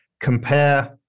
compare